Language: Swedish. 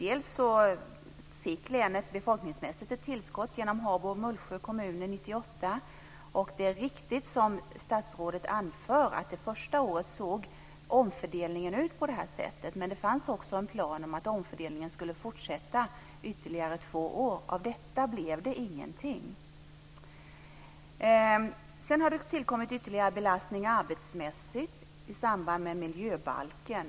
Bl.a. fick länet ett befolkningsmässigt tillskott genom Habo och Mullsjö kommuner 1998. Det är riktigt som statsrådet anför att omfördelningen det första året såg ut på det här sättet, men det fanns också en plan om att omfördelningen skulle fortsätta i ytterligare två år. Av detta blev det ingenting. Sedan har det tillkommit ytterligare belastning arbetsmässigt i samband med miljöbalken.